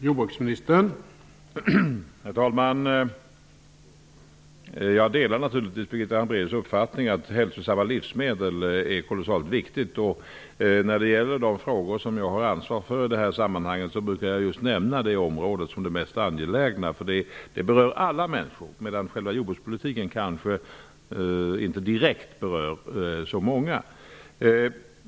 Herr talman! Jag delar naturligtvis Birgitta Hambraeus uppfattning att det är kolossalt viktigt med hälsosamma livsmedel. När det gäller de frågor som jag har ansvar för i det här sammanhanget brukar jag just nämna det området som det mest angelägna. Det berör alla människor. Själva jordbrukspolitiken kanske inte dirket berör så många.